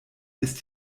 ist